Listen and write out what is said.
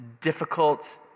difficult